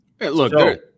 Look